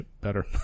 better